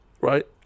right